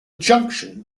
junction